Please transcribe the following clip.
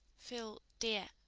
phil dear,